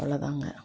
அவ்வளோதாங்க